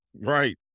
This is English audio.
Right